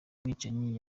mwicanyi